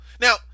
Now